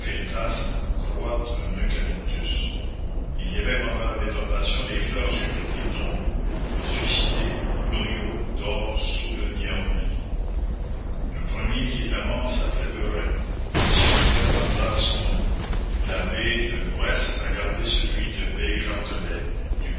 croît un eucalyptus il y avait pendant la déportation des fleurs sur toutes les tombes un suicidé meuriot dort sous le niaouli la commune le premier qui était mort s'appelait beuret le cimetière garda son nom la baie de l'ouest a gardé celui de baie gentelet du